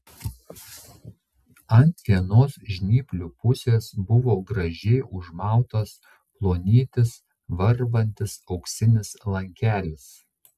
ant vienos žnyplių pusės buvo gražiai užmautas plonytis varvantis auksinis lankelis